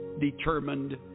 determined